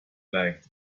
liked